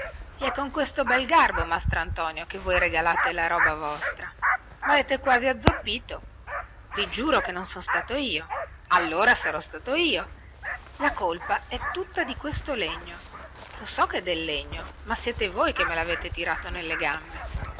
è con questo bel garbo mastrantonio che voi regalate la vostra roba mavete quasi azzoppito i giuro che non sono stato io allora sarò stato io la colpa è tutta di questo legno lo so che è del legno ma siete voi che me lavete tirato nelle gambe